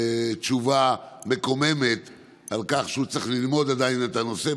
תשובה מקוממת על כך שהוא עדיין צריך ללמוד את הנושא.